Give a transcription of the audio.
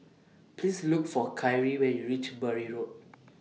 Please Look For Kyree when YOU REACH Bury Road